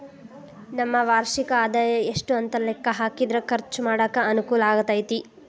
ನಮ್ಮ ವಾರ್ಷಿಕ ಆದಾಯ ಎಷ್ಟು ಅಂತ ಲೆಕ್ಕಾ ಹಾಕಿದ್ರ ಖರ್ಚು ಮಾಡಾಕ ಅನುಕೂಲ ಆಗತೈತಿ